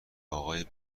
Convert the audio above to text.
آقای